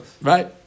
right